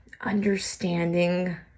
understanding